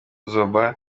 zoba